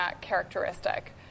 characteristic